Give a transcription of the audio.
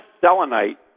selenite